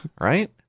right